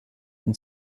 and